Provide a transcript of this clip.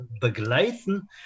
begleiten